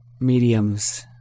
mediums